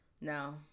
no